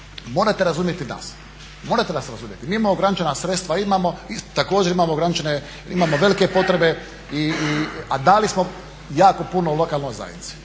morate razumjeti nas. Morate nas razumjeti. Mi imamo ograničena sredstva, imamo, također imamo ograničene, imamo velike potrebe i, a dali smo jako puno lokalnoj zajednici,